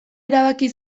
erabaki